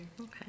Okay